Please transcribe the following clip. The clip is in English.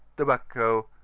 tobacco,